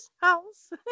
house